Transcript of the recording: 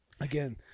again